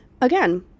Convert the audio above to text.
again